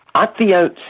at the ah